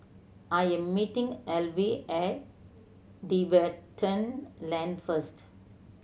I am meeting Alvy at Tiverton Lane first